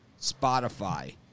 Spotify